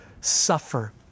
suffer